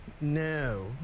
No